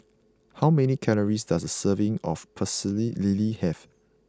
how many calories does a serving of Pecel Lele have